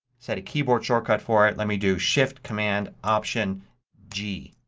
set a keyboard shortcut for it, let me do shift command option g,